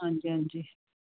ਹਾਂਜੀ ਹਾਂਜੀ